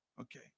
okay